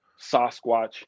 Sasquatch